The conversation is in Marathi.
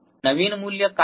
नवीन मूल्य काय आहे